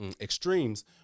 extremes